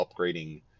upgrading